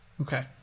Okay